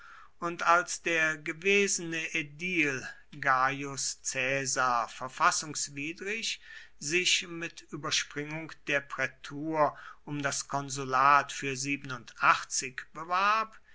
und als der gewesene ädil gaius caesar verfassungswidrig sich mit überspringung der prätur um das konsulat für bewarb